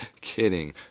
kidding